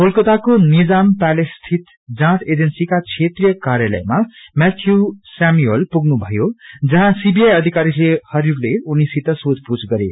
कोलकाताकोनिजाम palace स्थित जाँच एजेंसीका क्षेत्रिय कार्यालयमा मैथ्यू सैमुअल पुग्नुभयो जहाँ सीबीआई अधिकरीहरूले उनीसित सोथपूछ गरे